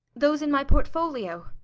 those in my portfolio